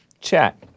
chat